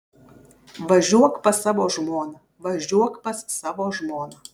važiuok pas savo žmoną važiuok pas savo žmoną